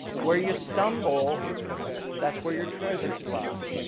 where you stumble that's where your treasures lie.